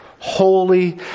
holy